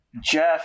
Jeff